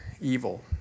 evil